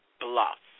bluff